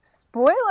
Spoiler